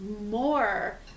more